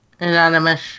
Anonymous